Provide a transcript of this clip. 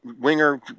winger